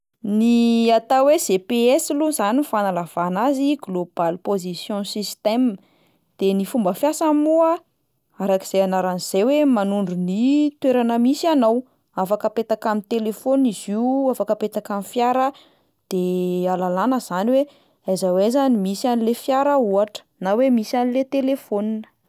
Ny atao hoe GPS aloha zany ny fanalavana azy Global Position System, de ny fomba fiasany moa arak'izay anarany izay hoe manondro ny toerana misy anao, afaka apetaka amin'ny telefaonina izy io, afaka apetaka amin'ny fiara, de ahalalana zany hoe aiza ho aiza no misy an'le fiara ohatra na hoe misy an'le telefaonina.